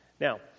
Now